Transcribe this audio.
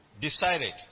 decided